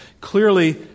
Clearly